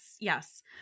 yes